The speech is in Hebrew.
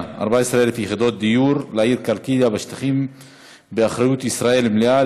14,000 יחידות דיור לעיר קלקיליה בשטחים באחריות ישראלית מלאה,